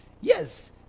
yes